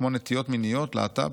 כמו נטיות מיניות (הלהט"ב)?